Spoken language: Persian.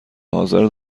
حاضر